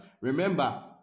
Remember